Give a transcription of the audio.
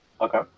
okay